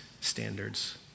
standards